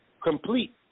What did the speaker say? complete